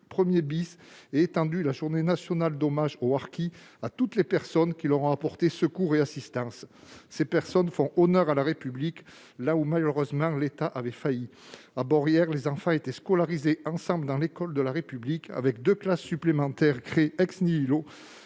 1 ait étendu la journée nationale d'hommage aux harkis à toutes les personnes qui leur ont porté secours et assistance. Ces dernières font honneur à la République, là où malheureusement l'État a failli. À Beaurières, les enfants étaient scolarisés ensemble au sein de l'école de la République, dans deux classes supplémentaires créées grâce